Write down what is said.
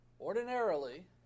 ordinarily